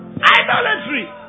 Idolatry